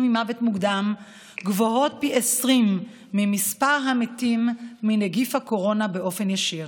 ממוות מוקדם גבוהות פי 20 ממספר המתים מנגיף הקורונה באופן ישיר.